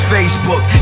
Facebook